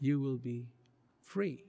you will be free